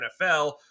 NFL